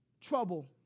Trouble